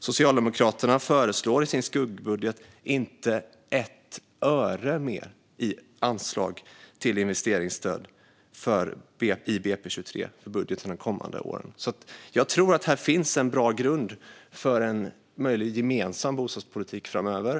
Socialdemokraterna föreslår i sin skuggbudget inte ett öre mer i anslag till investeringsstöd för kommande år. Jag tror alltså att här finns en bra grund för en möjlig gemensam bostadspolitik framöver.